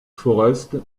forest